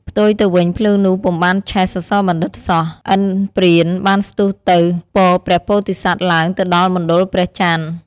ផ្ទុយទៅវិញ ភ្លើងនោះពុំបានឆេះ សសបណ្ឌិតសោះ ឥន្ទព្រាហ្មណ៏បានស្ទុះទៅពព្រះពោធិសត្វឡើងទៅដល់មណ្ឌលព្រះចន្ទ។